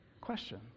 Question